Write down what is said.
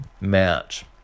Match